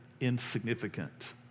insignificant